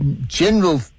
general